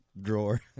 drawer